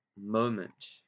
moment